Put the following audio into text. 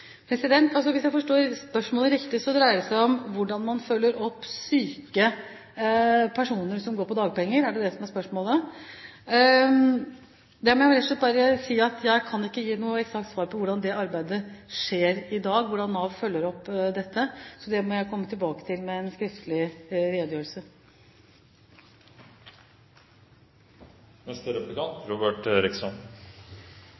spørsmålet riktig, dreier det seg om hvordan man følger opp syke personer som går på dagpenger. Er det det som er spørsmålet? Da må jeg rett og slett bare si at jeg ikke kan gi noe eksakt svar på hvordan det arbeidet skjer i dag, hvordan Nav følger opp dette, så det må jeg komme tilbake til med